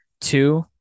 Two